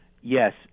Yes